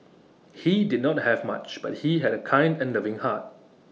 he did not have much but he had A kind and loving heart